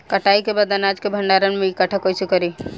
कटाई के बाद अनाज के भंडारण में इकठ्ठा कइसे करी?